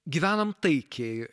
gyvenam taikiai